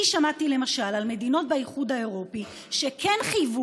אני שמעתי למשל על מדינות באיחוד האירופי שכן חייבו